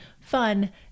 fun